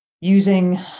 using